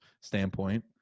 standpoint